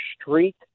street